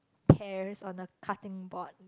pears on a cutting board